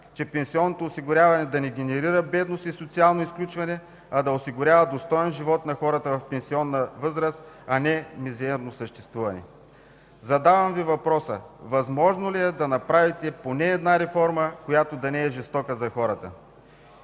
че пенсионното осигуряване да не генерира бедност и социално изключване, а да осигурява достоен живот на хората в пенсионна възраст, а не мизерно съществуване. Задавам Ви въпроса: възможно ли е да направите поне една реформа, която да не е жестока за хората?!